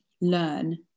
learn